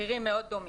מחירים מאוד דומים.